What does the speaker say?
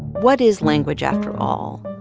what is language, after all?